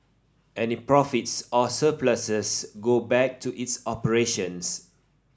any profits or surpluses go back to its operations